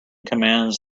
commands